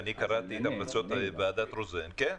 אדוני, אני קראתי את המלצות ועדת רוזן כן,